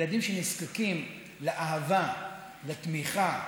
ילדים שנזקקים לאהבה, לתמיכה,